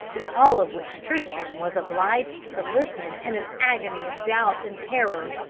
to all of which tristram was obliged to listen in an agony of doubt and terror.